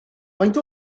faint